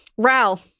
Ral